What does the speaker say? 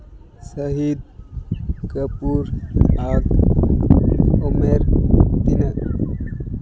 ᱥᱟᱹᱦᱤᱫ ᱠᱟᱹᱯᱩᱨ ᱟᱜ ᱩᱢᱮᱨ ᱛᱤᱱᱟᱹᱜ